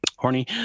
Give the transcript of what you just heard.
horny